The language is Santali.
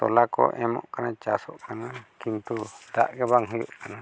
ᱛᱚᱞᱟ ᱠᱚ ᱮᱢᱚᱜ ᱠᱟᱱᱟ ᱪᱟᱥᱚᱜ ᱠᱟᱱᱟ ᱠᱤᱱᱛᱩ ᱫᱟᱜ ᱜᱮ ᱵᱟᱝ ᱦᱩᱭᱩᱜ ᱠᱟᱱᱟ